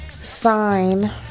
sign